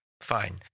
Fine